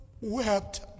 wept